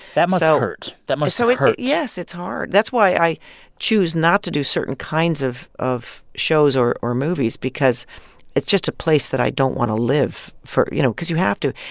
that must ah hurt. that must so hurt yes, it's hard. that's why i choose not to do certain kinds of of shows or or movies because it's just a place that i don't want to live for you know, because you have to.